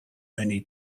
many